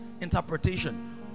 interpretation